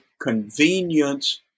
convenience